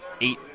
eight